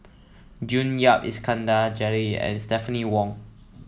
June Yap Iskandar Jalil and Stephanie Wong